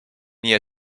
nii